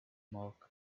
mark